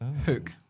Hook